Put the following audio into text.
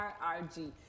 RRG